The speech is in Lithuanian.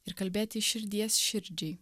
ir kalbėt iš širdies širdžiai